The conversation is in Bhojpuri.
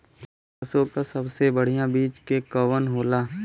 सरसों क सबसे बढ़िया बिज के कवन होला?